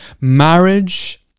marriage